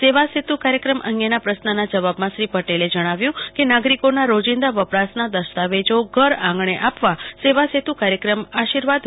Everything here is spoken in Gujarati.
સેવા સેતુ કાર્યક્રમ અંગેના પ્રશ્નના જવાબમાં શ્રી પટેલે જણાવ્યુ કે નાગરીકોના રોજીંદા વપરાશના દસ્તાવેજો ઘરઆંગણે આપવા સેવાસેતુ કાર્યક્રમ આર્શીવાદરૂપબન્યો છે